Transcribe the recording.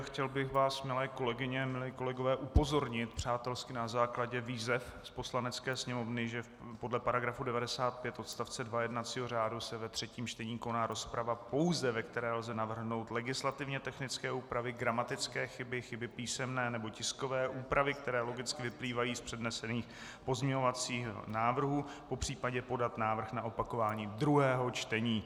Chtěl bych vás, milé kolegyně, milí kolegové, upozornit přátelsky na základě výzev z Poslanecké sněmovny, že podle § 95 odst. 2 jednacího řádu se ve třetím čtení koná rozprava pouze, ve které lze navrhnout legislativně technické úpravy, gramatické chyby, chyby písemné nebo tiskové, úpravy, které logicky vyplývají z přednesených pozměňovacích návrhů, popřípadě podat návrh na opakování druhého čtení.